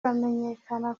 bamenyekana